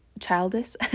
childish